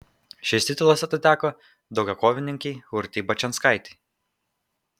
šis titulas atiteko daugiakovininkei urtei bačianskaitei